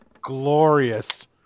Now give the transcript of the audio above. Glorious